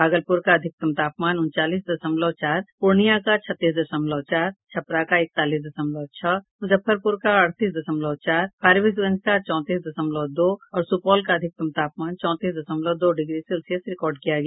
भागलपुर का अधिकतम तापमान उनचालीस दशमलव चार पूर्णिया का छत्तीस दशमलव चार छपरा का इकतालीस दशमलव छह मुजफ्फरपुर का अड़तीस दशमलव चार फारबीसगंज का चौतीस दशमलव दो और सुपौल का अधिकतम तापमान चौंतीस दशमलव दो डिग्री सेल्सियस रिकॉर्ड किया गया